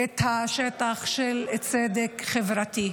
את השטח של הצדק החברתי.